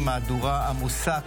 חברי הכנסת,